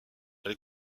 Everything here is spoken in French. elle